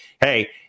hey